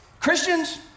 Christians